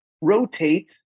rotate